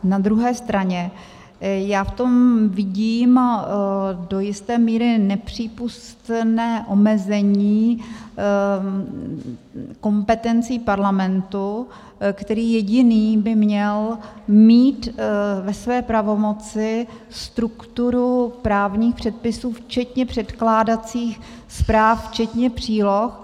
Na druhé straně v tom vidím do jisté míry nepřípustné omezení kompetencí Parlamentu, který jediný by měl mít ve své pravomoci strukturu právních předpisů včetně předkládacích zpráv, včetně příloh.